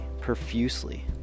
profusely